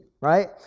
right